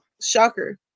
shocker